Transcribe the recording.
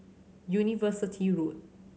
University Road